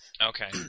Okay